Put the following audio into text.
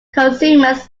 consumers